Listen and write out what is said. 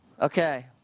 Okay